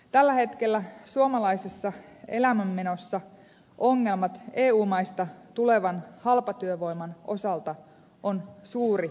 tällä hetkellä suomalaisessa elämänmenossa ongelmat eu maista tulevan halpatyövoiman osalta on suuri epäkohta